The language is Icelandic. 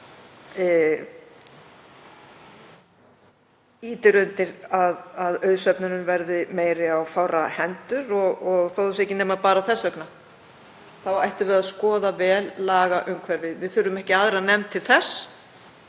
undir að auðsöfnun verði meiri á fárra hendur. Þó að það sé ekki nema bara þess vegna ættum við að skoða vel lagaumhverfið. Við þurfum ekki aðra nefnd til þess.